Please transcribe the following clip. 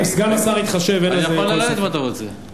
סגן השר יתחשב, אין בזה כל ספק.